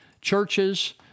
churches